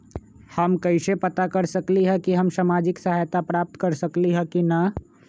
हम कैसे पता कर सकली ह की हम सामाजिक सहायता प्राप्त कर सकली ह की न?